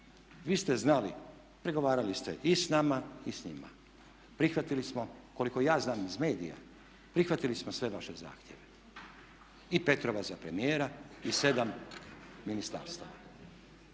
Vi ste znali pregovarali ste i s nama i s njima, prihvatili smo koliko ja znam iz medija, prihvatili smo sve vaše zahtjeve. I Petrova za premijera, i sedam ministarstava.